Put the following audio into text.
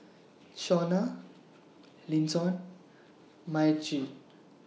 Shauna Linton Myrtie